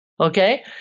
Okay